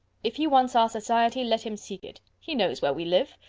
if he wants our society, let him seek it. he knows where we live.